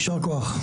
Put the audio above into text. יישר כוח.